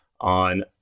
on